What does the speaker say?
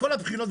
מכל הבחינות.